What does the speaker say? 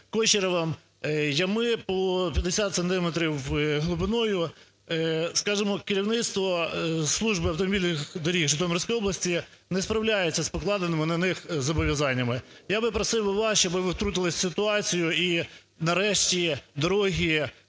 зКучеровим – ями по 50 сантиметрів глибиною. Скажімо, керівництво Служби автомобільних доріг Житомирської області не справляється з покладеними на них зобов'язаннями. Я би просив вас, щоб ви втрутились в ситуацію і нарешті дороги,